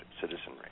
citizenry